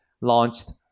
Launched